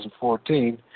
2014